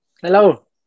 Hello